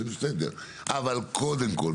אבל קודם כל,